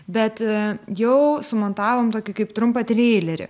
bet jau sumontavom tokį kaip trumpą treilerį